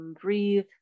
breathe